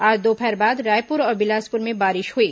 आज दोपहर बाद रायपुर और बिलासपुर में बारिश हुई